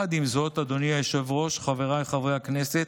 עם זאת, אדוני היושב-ראש, חבריי חברי הכנסת,